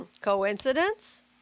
coincidence